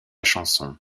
chanson